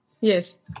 Yes